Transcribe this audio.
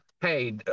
hey